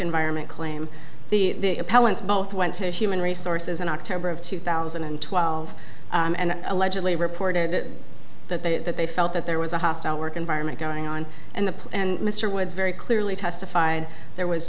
environment claim the appellant's both went to human resources in october of two thousand and twelve and allegedly reported that they that they felt that there was a hostile work environment going on and the and mr woods very clearly testified there was